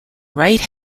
right